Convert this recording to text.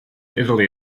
italy